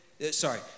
sorry